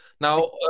Now